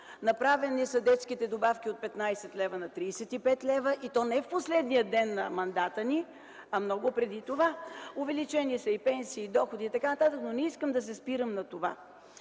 Направени са детските добавки от 15 лв. на 35 лв., и то не в последния ден на мандата ни, а много преди това. Увеличени са и пенсии, и доходи, и така нататък, но не искам да се спирам на това.